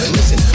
Listen